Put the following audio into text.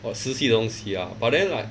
orh 实习东西 ah but then like